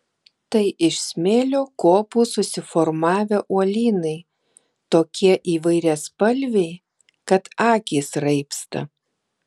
tai iš smėlio kopų susiformavę uolynai tokie įvairiaspalviai kad akys raibsta